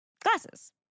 Glasses